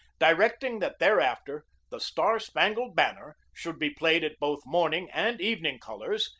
directing that thereafter the star-spangled banner should be played at both morning and evening colors,